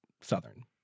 Southern